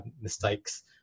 mistakes